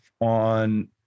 on